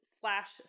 slash